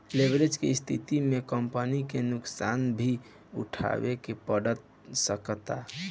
leverage के स्थिति में कंपनी के नुकसान भी उठावे के पड़ सकता